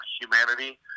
humanity